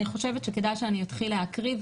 אני חושבת שכדאי שאתחיל להקריא,